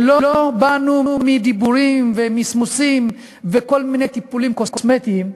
שלא באנו מדיבורים ומסמוסים וכל מיני טיפולים קוסמטיים,